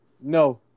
no